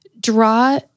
draw